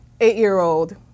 eight-year-old